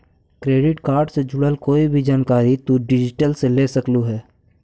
credit card से जुड़ल कोई भी जानकारी तु डिजिटली ले सकलहिं हे